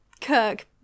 Kirk